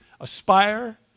aspire